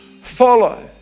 follow